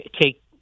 take